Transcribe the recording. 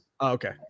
Okay